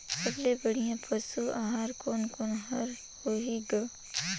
सबले बढ़िया पशु आहार कोने कोने हर होही ग?